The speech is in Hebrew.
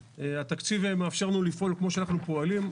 התקציב מאפשר לנו לפעול כמו שאנחנו פועלים.